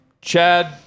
Chad